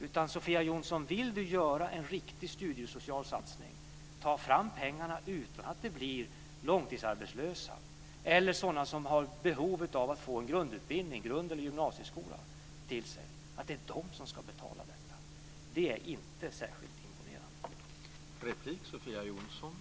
Om du, Sofia Jonsson, vill göra en riktig studiesocial satsning, ta då fram pengarna utan att det blir långtidsarbetslösa eller sådana som har behov av att få en grundutbildning - grund eller gymnasieskola - som får betala för detta, för det är inte särskilt imponerande!